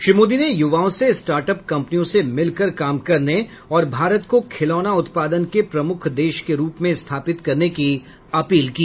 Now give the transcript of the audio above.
श्री मोदी ने युवाओं से स्टार्टअप कंपनियों से मिलकर काम करने और भारत को खिलौना उत्पादन के प्रमुख देश के रूप में स्थापित करने की अपील की